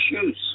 shoes